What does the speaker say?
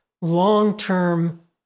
long-term